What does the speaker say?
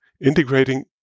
integrating